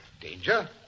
danger